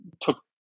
took